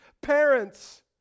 Parents